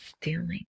stealing